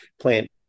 plant